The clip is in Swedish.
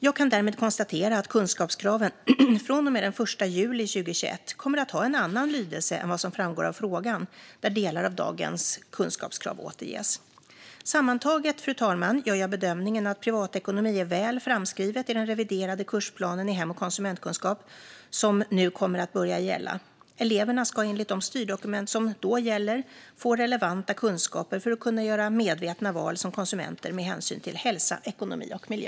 Jag kan därmed konstatera att kunskapskraven från och med den 1 juli 2021 kommer att ha en annan lydelse än vad som framgår av frågan, där delar av dagens kunskapskrav återges. Sammantaget, fru talman, gör jag bedömningen att ämnet privatekonomi är väl framskrivet i den reviderade kursplan i hem och konsumentkunskap som nu kommer att börja gälla. Eleverna ska enligt de styrdokument som då gäller få relevanta kunskaper för att kunna göra medvetna val som konsumenter med hänsyn till hälsa, ekonomi och miljö.